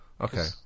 Okay